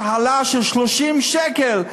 העלאה של 30 שקל.